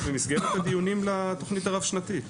במסגרת הדיונים לתוכנית הרב-שנתית.